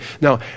Now